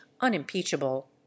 unimpeachable